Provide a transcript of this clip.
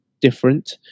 different